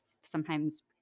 sometimes-